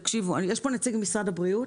יש פה נציג ממשרד הבריאות?